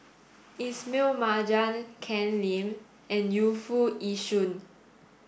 Ismail Marjan Ken Lim and Yu Foo Yee Shoon